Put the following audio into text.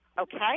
okay